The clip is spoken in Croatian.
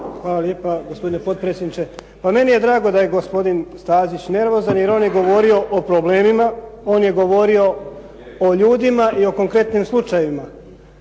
Hvala lijepa, gospodine potpredsjedniče. Pa meni je drago da je gospodin Stazić nervozan jer on je govorio o problemima, on je govorio o ljudima i o konkretnim slučajevima.